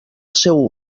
seu